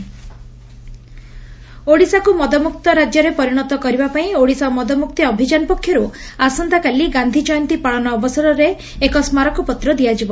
ସ୍ଗାରକପତ୍ର ପ୍ରଦାନ ଓଡ଼ିଶାକୁ ମଦମୁକ୍ତ ରାଜ୍ୟରେ ପରିଶତ କରିବା ପାଇଁ ଓଡ଼ିଶା ମଦମୁକ୍ତି ଅଭିଯାନ ପକ୍ଷରୁ ଆସନ୍ତାକାଲି ଗାଧୀ ଜୟନ୍ତୀ ପାଳନ ଅବସରରେ ଏକ ସ୍କାରକପତ୍ର ଦିଆଯିବ